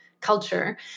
culture